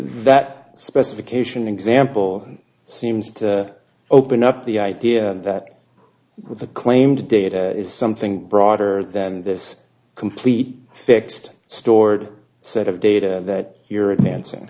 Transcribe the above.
that specification example seems to open up the idea that the claim data is something broader than this complete fixed stored set of data that you're advancing